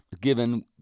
Given